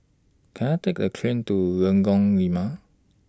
Can I Take The train to Lengkok Lima